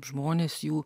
žmonės jų